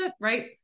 right